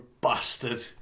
bastard